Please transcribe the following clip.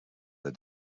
they